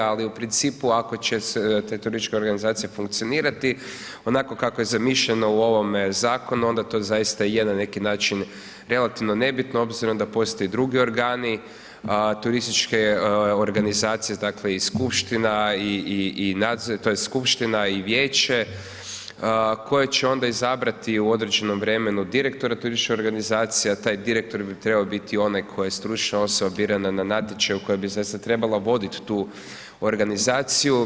Ali u principu ako će te turističke organizacije funkcionirati onako kako je zamišljeno u ovome zakonu onda to zaista je na neki način relativno nebitno obzirom da postoje i drugi organi turističke organizacije, dakle i skupština, tj. skupština i vijeće koje će onda izabrati u određenom vremenu direktora turističke organizacije a taj direktor bi trebao biti onaj koji je stručna osoba birana na natječaju koja bi zaista trebala voditi tu organizaciju.